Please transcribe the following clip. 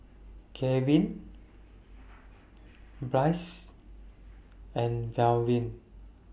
Garvin Bryce and Melvin